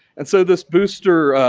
and so, this booster,